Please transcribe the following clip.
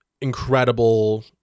incredible